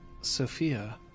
Sophia